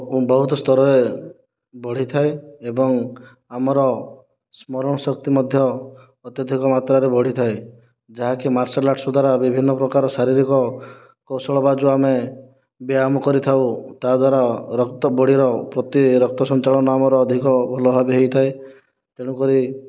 ବହୁତ ସ୍ତରରେ ବଢ଼ିଥାଏ ଏବଂ ଆମର ସ୍ମରଣଶକ୍ତି ମଧ୍ୟ ଅତ୍ୟଧିକ ମାତ୍ରାରେ ବଢ଼ିଥାଏ ଯାହାକି ମାର୍ଶାଲ ଆର୍ଟସ୍ ଦ୍ଵାରା ବିଭିନ୍ନପ୍ରକାର ଶାରୀରିକ କୌଶଳ ବା ଯେଉଁ ଆମେ ବ୍ୟାୟାମ କରିଥାଉ ତାହା ଦ୍ଵାରା ରକ୍ତ ବଡ଼ିର ପ୍ରତି ରକ୍ତସଞ୍ଚାଳନ ଆମର ଅଧିକ ଭଲଭାବେ ହୋଇଥାଏ ତେଣୁକରି